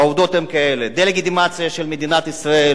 והעובדות הן כאלה: דה-לגיטימציה של מדינת ישראל